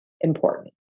important